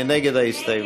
מי נגד ההסתייגות?